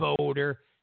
voter